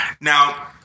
Now